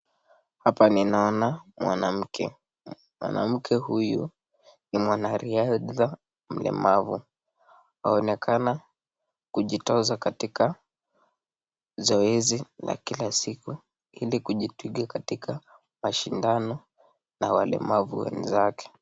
Hapa ninaona mwanamke , mwanamke huyu ni mwanaridha mlemavu. Anaonekana kujitoza katika zoezi la kila siku ili kujitwika katika mashindando ya walemavu wenzake.